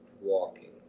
walking